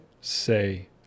say